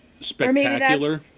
spectacular